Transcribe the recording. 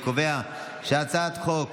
אני קובע שהצעת חוק